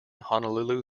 honolulu